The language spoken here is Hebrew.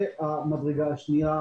והמדרגה השנייה